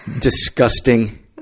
disgusting